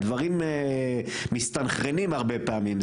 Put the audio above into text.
הדברים מסונכרנים הרבה פעמים,